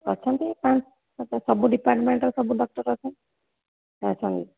ଅଛନ୍ତି କାରଣ ଏଇ ତ ସବୁ ଡିପାର୍ଟମେଣ୍ଟର ସବୁ ଡକ୍ଟର୍ ଅଛନ୍ତି ହଁ ଅଛନ୍ତି